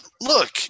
look